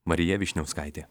marija vyšniauskaitė